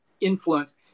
influence